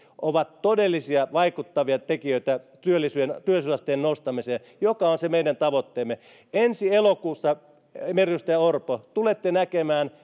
ovat todellisia vaikuttavia tekijöitä työllisyysasteen nostamiseen joka on se meidän tavoitteemme ensi elokuussa edustaja orpo tulette näkemään